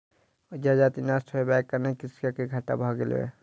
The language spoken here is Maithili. जजति नष्ट होयबाक कारणेँ कृषक के घाटा भ गेलै